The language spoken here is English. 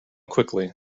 quickly